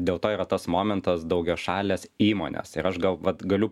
dėl to yra tas momentas daugiašalės įmonės ir aš gal vat galiu